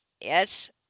Yes